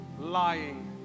lying